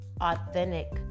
authentic